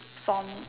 from